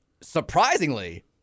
surprisingly